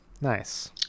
Nice